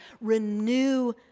Renew